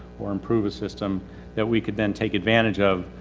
or improve a system that we could then take advantage of.